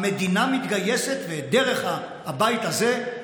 המדינה מתגייסת דרך הבית הזה,